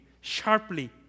sharply